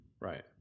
right